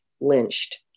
lynched